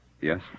Yes